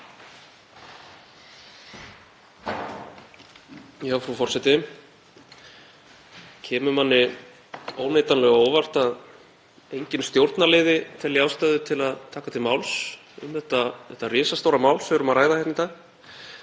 Frú forseti. Það kemur manni óneitanlega á óvart að enginn stjórnarliði telji ástæðu til að taka til máls um þetta risastóra mál sem við erum að ræða hérna í dag.